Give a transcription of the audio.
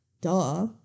Duh